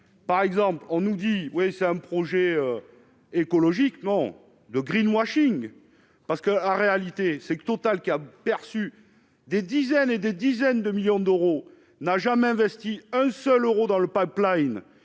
par exemple l'ont nous dit : oui, c'est un projet écologiquement le greenwashing parce que, en réalité, c'est que Total, qui a perçu. Des dizaines et des dizaines de millions d'euros n'a jamais investi un seul Euro dans le pipeline